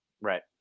Right